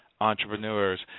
entrepreneurs